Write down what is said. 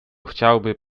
chciałby